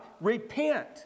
Repent